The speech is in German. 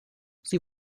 sie